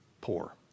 poor